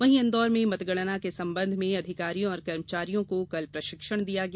वहीं इन्दौर में मतगणना के संबंध में अधिकारियों और कर्मचारियों को कल प्रशिक्षण दिया गया